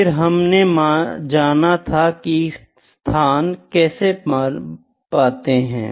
फिर हमने जाना की स्थान कैसे पाते है